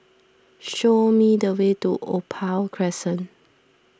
show me the way to Opal Crescent